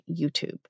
YouTube